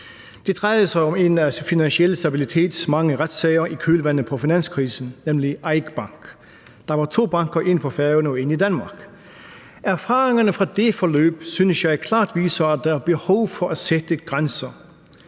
Det drejede sig om en af Finansiel Stabilitets mange retssager i kølvandet på finanskrisen, nemlig EIK Bank. Der var to banker, en på Færøerne og en i Danmark. Erfaringerne fra det forløb synes jeg klart viser, at der er behov for at sætte grænser.